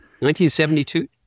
1972